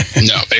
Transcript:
No